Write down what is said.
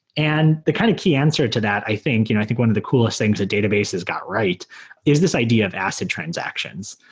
and the kind of key answer to that, i think, you know i think one of the coolest things that database has got right is this idea of acid transactions.